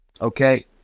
Okay